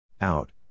Out